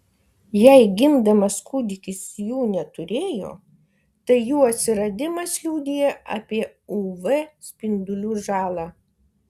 jei gimdamas kūdikis jų neturėjo tai jų atsiradimas liudija apie uv spindulių žalą